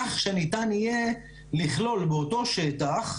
כך שניתן יהיה לכלול באותו שטח,